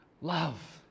love